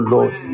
Lord